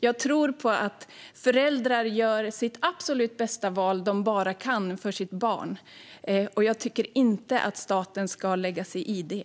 Jag tror att föräldrar gör det absolut bästa val de kan för sitt barn, och jag tycker inte att staten ska lägga sig i det.